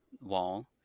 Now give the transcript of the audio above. wall